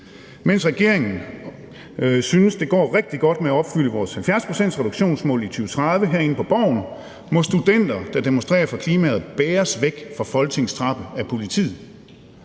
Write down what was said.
på Borgen synes, det går rigtig godt med at opfylde vores 70-procentsreduktionsmål i 2030, må studenter, der demonstrerer for klimaet, bæres væk fra Folketingets trappe af politiet.